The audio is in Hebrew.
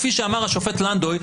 כפי שאמר השופט לנדוי,